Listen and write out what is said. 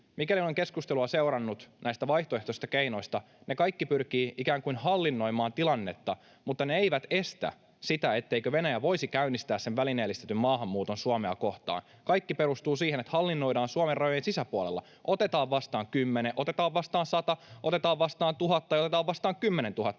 Mikäli olen keskustelua seurannut näistä vaihtoehtoisista keinoista, ne kaikki pyrkivät ikään kuin hallinnoimaan tilannetta, mutta ne eivät estä sitä, etteikö Venäjä voisi käynnistää välineellistettyä maahanmuuttoa Suomea kohtaan. Kaikki perustuu siihen, että hallinnoidaan Suomen rajojen sisäpuolella: otetaan vastaan kymmenen, otetaan vastaan sata, otetaan vastaan tuhat tai otetaan vastaan kymmenentuhatta